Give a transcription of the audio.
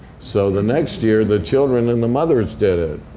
so the next year, the children and the mothers did it.